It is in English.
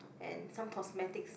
and some cosmetics